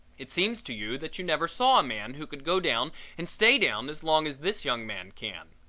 it seems to you that you never saw a man who could go down and stay down as long as this young man can.